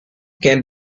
can